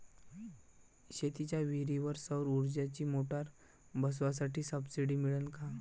शेतीच्या विहीरीवर सौर ऊर्जेची मोटार बसवासाठी सबसीडी मिळन का?